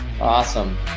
Awesome